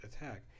attack